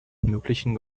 möglichen